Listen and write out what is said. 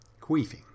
Queefing